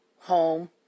home